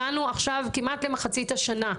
הגענו עכשיו כמעט למחצית השנה.